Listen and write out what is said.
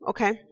Okay